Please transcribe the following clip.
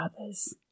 others